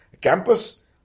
campus